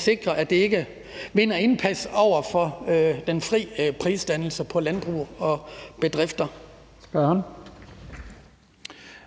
(Leif Lahn Jensen): Spørgeren. Kl. 14:17 Søren Egge Rasmussen (EL):